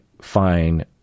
fine